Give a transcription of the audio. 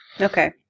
Okay